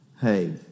hey